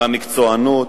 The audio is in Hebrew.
על המקצוענות,